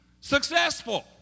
successful